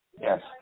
Yes